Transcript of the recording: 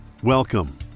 Welcome